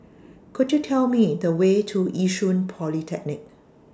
Could YOU Tell Me The Way to Yishun Polytechnic